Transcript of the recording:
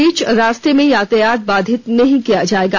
बीच रास्ते में यातायात बाधित नहीं किया जाएगा